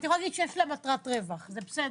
אתה יכול להגיד שיש לה מטרת רווח, זה בסדר.